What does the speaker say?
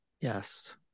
Yes